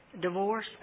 divorce